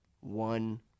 one